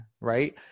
right